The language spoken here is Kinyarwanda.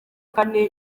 kane